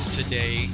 today